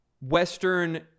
Western